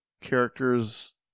characters